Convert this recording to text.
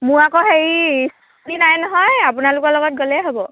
মোৰ আকৌ হেৰি স্কুটি নাই নহয় আপোনালোকৰ লগত গ'লেই হ'ব